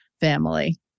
family